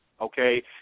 okay